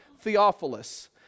Theophilus